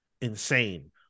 insane